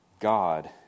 god